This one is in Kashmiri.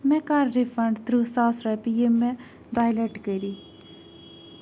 مےٚ کَر رِفنٛڈ تٕرٛہ ساس رۄپیہِ یِم مےٚ دۄیہِ لَٹہِ کٔری